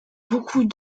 beaucoup